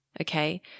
Okay